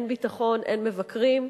אין ביטחון,